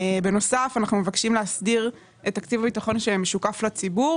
בנוסף אנחנו מבקשים להסדיר את תקציב הביטחון שמשוקף לציבור